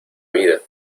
vida